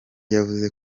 yavuze